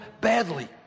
badly